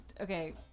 okay